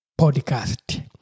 podcast